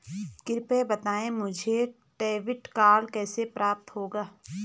कृपया बताएँ मुझे डेबिट कार्ड कैसे प्राप्त होगा?